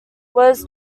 was